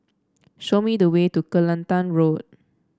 show me the way to Kelantan Road